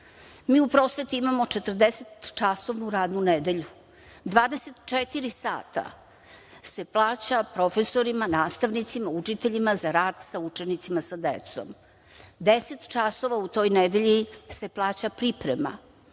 u prosveti imamo 40-časovnu radnu nedelju, 24 sata se plaća profesorima, nastavnicima, učiteljima za rad sa učenicima, sa decom, 10 časova u toj nedelji se plaća priprema